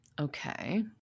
Okay